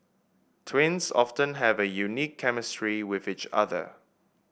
twins often have a unique chemistry with each other